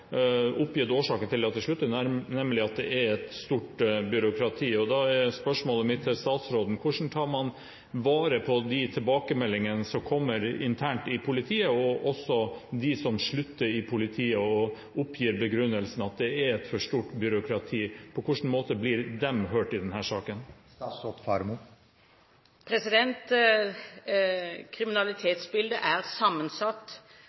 til at de slutter, at det er et stort byråkrati. Da er spørsmålet mitt til statsråden: Hvordan tar man vare på de tilbakemeldingene som kommer internt i politiet? De som slutter i politiet, oppgir som begrunnelse at det er for stort byråkrati. På hvilken måte blir de hørt i denne saken? Kriminalitetsbildet er sammensatt